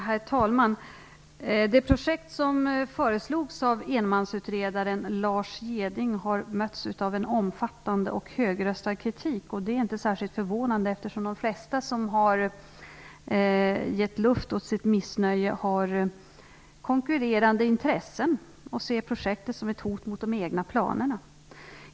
Herr talman! Det projekt som föreslogs av enmansutredaren Lars Jeding har mötts av en omfattande och högröstad kritik. Det är inte särskilt förvånande, eftersom de flesta som har givit luft åt sitt missnöje har konkurrerande intressen och ser projektet som ett hot mot de egna planerna.